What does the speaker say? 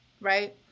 Right